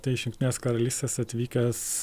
tai iš jungtinės karalystės atvykęs